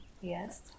Yes